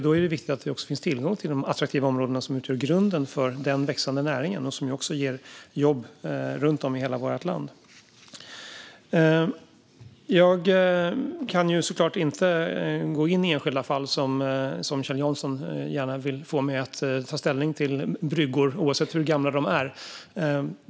Då är det viktigt att det också finns tillgång till de attraktiva områden som utgör grunden för den växande näringen och som också ger jobb runt om i hela vårt land. Jag kan såklart inte gå in i enskilda fall. Kjell Jansson vill gärna få mig att ta ställning till bryggor oavsett hur gamla de är.